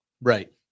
Right